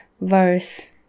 verse